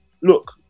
look